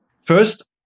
first